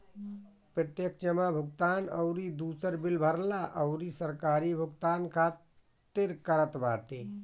प्रत्यक्ष जमा भुगतान अउरी दूसर बिल भरला अउरी सरकारी भुगतान खातिर करत बाटे